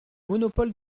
monopole